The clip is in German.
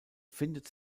findet